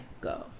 go